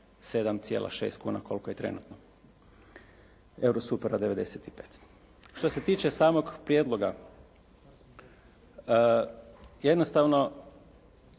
7,6 kuna koliko je trenutno Eurosupera 95. Što se tiče samog prijedloga, jednostavno